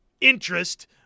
interest